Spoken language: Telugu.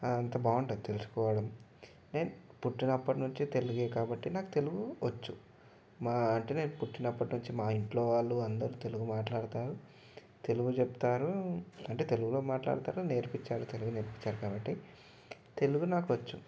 అంత బాగుంటుంది తెలుసుకోవాలంటే నే పుట్టినప్పటినుంచి తెలుగు కాబట్టి నాకు తెలుగు వచ్చు అంటే మా నేను పుట్టినప్పటి నుంచి మా ఇంట్లో వాళ్ళు అందరు తెలుగు మాట్లాడుతారు తెలుగు చెప్తారు అంటే తెలుగులో మాట్లాడుతారు నేర్పించారు తెలుగు నేర్పించారు కాబట్టి తెలుగు నాకు వచ్చు